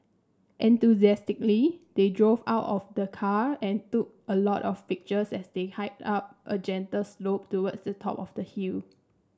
enthusiastically they drove out of the car and took a lot of pictures as they hiked up a gentle slope towards the top of the hill